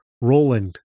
Roland